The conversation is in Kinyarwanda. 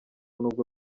nubwo